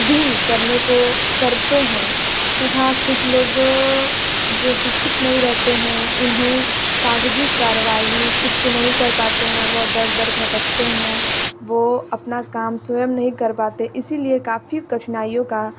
भी करने को करते हैं तथा कुछ लोग जो शिक्षित नहीं रहते हैं उन्हें कागज़ी कार्यवाई ख़ुद से नहीं कर पाते हैं वह दर दर भटकते हैं वह अपना काम स्वयं नहीं कर पाते इसलिए काफ़ी कठिनाइयों का